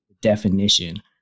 definition